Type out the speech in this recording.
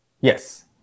Yes